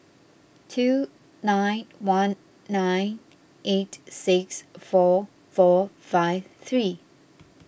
two nine one nine eight six four four five three